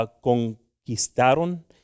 conquistaron